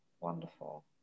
wonderful